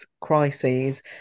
crises